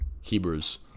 hebrews